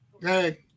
hey